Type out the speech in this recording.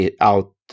out